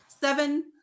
Seven